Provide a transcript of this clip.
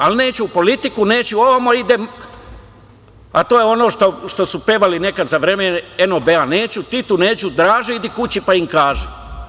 Ali neću u politiku, neću ovamo, idem, a to je ono što su pevali nekad za vreme NOB-a: „Neću Titu, neću Draži, idi kući pa im kaži“